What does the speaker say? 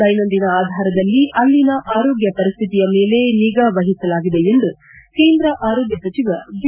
ದೈನಂದಿನ ಆಧಾರದಲ್ಲಿ ಅಲ್ಲಿನ ಆರೋಗ್ಯ ಪರಿಸ್ಥಿತಿಯ ಮೇಲೆ ನಿಗಾ ವಹಿಸಲಾಗಿದೆ ಎಂದು ಕೇಂದ್ರ ಆರೋಗ್ಡ ಸಚಿವ ಜೆ